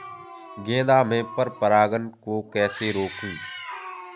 गेंदा में पर परागन को कैसे रोकुं?